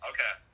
Okay